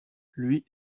lui